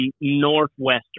Northwestern